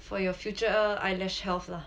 for your future eyelash health lah